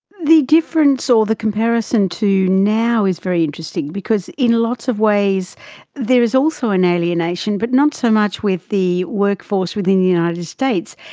the difference or the comparison to now is very interesting because in lots of ways there is also an alienation but not so much with the workforce within the united states,